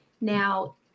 Now